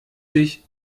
sich